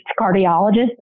cardiologist